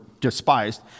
despised